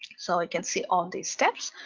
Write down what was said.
so ah can see all these steps.